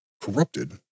corrupted